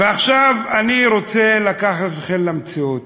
ועכשיו אני רוצה לקחת אתכם למציאות.